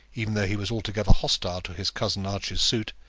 even though he was altogether hostile to his cousin archie's suit,